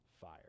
fire